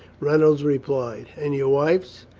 reynolds replied. and your wife's?